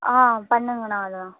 ஆ பண்ணுங்கண்ணா அதெலாம்